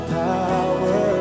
power